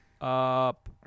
up